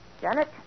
Janet